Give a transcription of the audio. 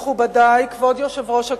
מכובדי, כבוד יושב-ראש הכנסת,